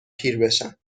پیربشن